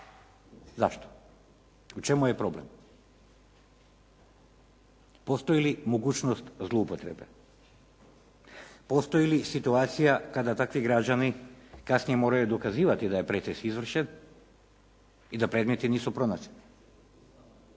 Zašto? U čemu je problem? Postoji li mogućnost zloupotrebe? Postoji li situacija kada takvi građani kasnije moraju dokazivati da je pretres izvršen i da predmeti nisu pronađeni,